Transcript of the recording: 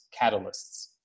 catalysts